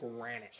granite